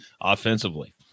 offensively